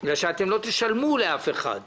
בגלל שאתם לא תשלמו לאף אחד,